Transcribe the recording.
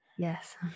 Yes